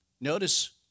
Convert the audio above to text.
Notice